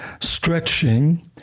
stretching